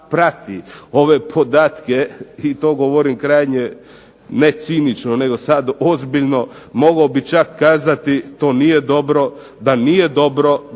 ove podatke i to govorim krajnje ne cinično nego sad ozbiljno mogao bih sada kazati da nije dobro, nije dobro